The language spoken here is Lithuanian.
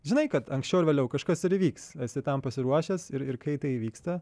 žinai kad anksčiau ar vėliau kažkas ir įvyks esi tam pasiruošęs ir kai tai įvyksta